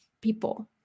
people